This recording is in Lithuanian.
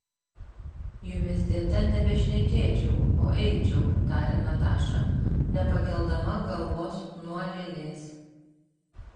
jumis dėta nebešnekėčiau o eičiau tarė nataša nepakeldama galvos nuo lėlės